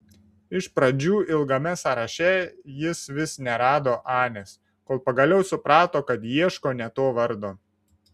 iš pradžių ilgame sąraše jis vis nerado anės kol pagaliau suprato kad ieško ne to vardo